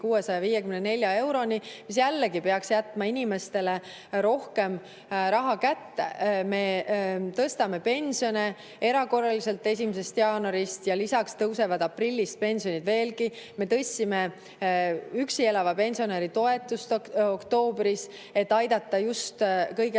654 euroni, mis jällegi peaks jätma inimestele rohkem raha kätte. Me tõstame pensione erakorraliselt 1. jaanuarist ja lisaks tõusevad aprillist pensionid veelgi. Me tõstsime üksi elava pensionäri toetust oktoobris, et aidata just kõige